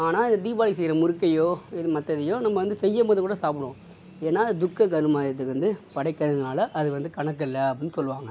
ஆனால் தீபாளிக்கு செய்கிற முறுக்கையோ இது மற்றதையோ நம்ம வந்து செய்யும்போது கூட சாப்பிடுவோம் ஏன்னால் அது துக்க கருமாதிக்கு வந்து படைக்கிறதுனால அது வந்து கணக்கில்லை அப்படின் சொல்லுவாங்க